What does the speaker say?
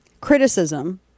criticism